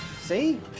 See